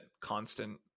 constant